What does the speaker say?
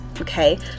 okay